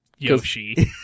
Yoshi